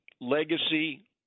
legacy